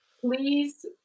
Please